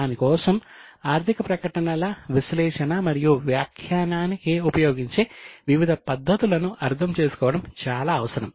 దాని కోసం ఆర్ధిక ప్రకటనల విశ్లేషణ మరియు వ్యాఖ్యానానికి ఉపయోగించే వివిధ పద్ధతులను అర్థం చేసుకోవడం చాలా అవసరం